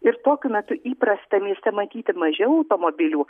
ir tokiu metu įprasta mieste matyti mažiau automobilių